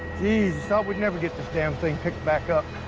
jesus. thought we'd never get this damn thing picked back up.